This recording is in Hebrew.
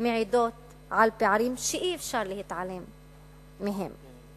מעידות על פערים שאי-אפשר להתעלם מהם.